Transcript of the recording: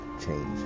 change